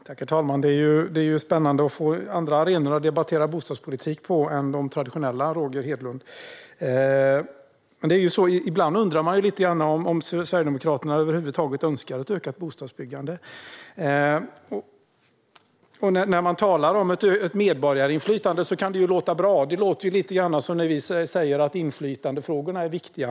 Herr talman! Det är spännande att få andra arenor att debattera bostadspolitik på än de traditionella, Roger Hedlund. Ibland undrar man om Sverigedemokraterna över huvud taget önskar ett ökat bostadsbyggande. När man talar om ett medborgarinflytande låter det kanske bra. Det låter lite som när vi säger att inflytandefrågorna är viktiga.